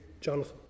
Jonathan